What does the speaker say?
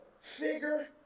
figure